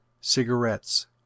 cigarettes